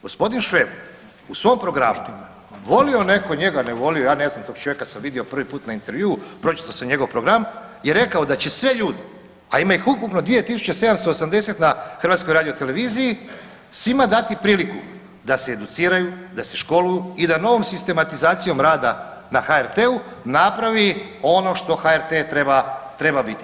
Gospodin Šveb u svom programu, volio netko njega, nevolio, ja ne znam, tog čovjeka sam vidio prvi put na intervjuu, pročitao sam njegova program, je rekao da će sve ljude, a ima ih ukupno 2 780 na Hrvatskoj radioteleviziji, svima dati priliku da se educiraju, da se školuju i da novom sistamatizacijom rada na HRT-u napravi ono što HRT treba biti.